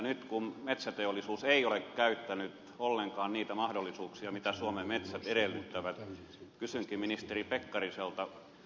nyt kun metsäteollisuus ei ole käyttänyt ollenkaan niitä mahdollisuuksia mitä suomen metsät edellyttävät kysynkin ministeri pekkariselta